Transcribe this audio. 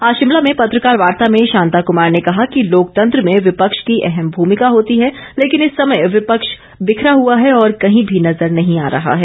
आज शिमला में पत्रकार वार्ता में शांता कुमार ने कहा कि लोकतंत्र में विपक्ष की अहम भूमिका होती है लेकिन इस समय विपक्ष बिखरा हुआ है और कहीं भी नजर नहीं आ रहा है